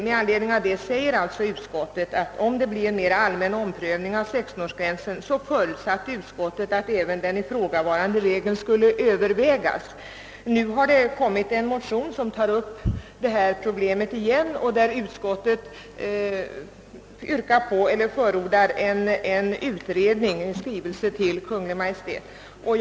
Utskottet anförde att »om det blev aktuellt med en mera allmän omprövning av sextonårsregeln så förutsatte utskottet att även den ifrågavarande regeln skulle övervägas». Nu har återigen väckts ett motionspar som tar upp detta problem. Utskottet förordar en skrivelse till Kungl. Maj:t med begäran om utredning.